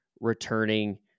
returning